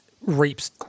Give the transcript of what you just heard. reaps